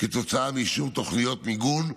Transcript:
מאישור תוכניות מיגון,